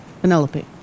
Penelope